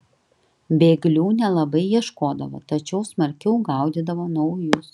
bėglių nelabai ieškodavo tačiau smarkiau gaudydavo naujus